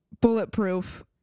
Bulletproof